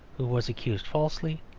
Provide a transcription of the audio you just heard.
who was accused falsely,